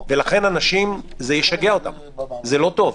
זה ישגע אנשים, זה לא טוב.